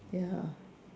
ya